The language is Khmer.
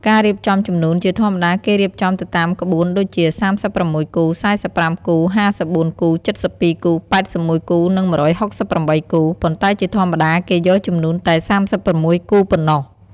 ការរៀបចំជំនូនជាធម្មតាគេរៀបចំទៅតាមក្បួន ដូចជា ៣៦គូ ៤៥គូ ៥៤គូ ៧២គូ ៨១គូ និង១៦៨គូ ប៉ុន្តែជាធម្មតាគេយកជំនូនតែ៣៦គូប៉ុណ្ណោះ។